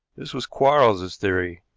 this was quarles's theory,